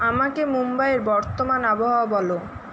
আমাকে মুম্বাইয়ের বর্তমান আবহাওয়া বলো